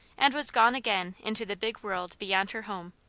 and was gone again into the big world beyond her home.